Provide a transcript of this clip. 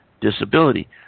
disability